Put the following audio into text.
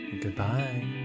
goodbye